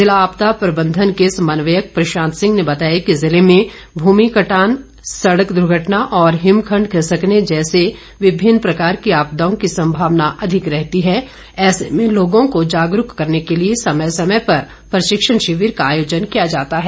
जिला आपदा प्रबंधन के समन्वयक प्रशांत सिंह ने बताया कि जिले में भूमि कटान सड़क दुर्घटना और हिमखण्ड खिस्कने जैसी विभिन्न प्रकार की आपदाओं की सम्भावना अधिक रहती है ऐसे में लोगों को जागरूक करने के लिए समय समय पर प्रशिक्षण शिविर का आयोजन किया जाता है